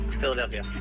Philadelphia